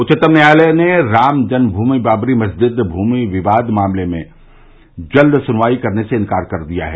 उच्चतम न्यायालय ने राम जन्म भूमि बाबरी मस्जिद भूमि विवाद मामले में जल्द सुनवाई करने से इंकार कर दिया है